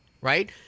Right